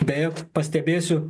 beje pastebėsiu